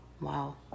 Wow